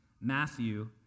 Matthew